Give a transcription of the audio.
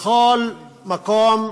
בכל מקום,